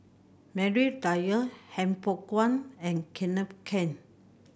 Maria Dyer Han Fook Kwang and Kenneth Keng